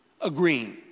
agreeing